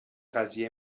قضیه